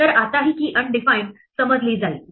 तर आताही key undefined समजली जाईल